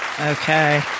Okay